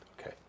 Okay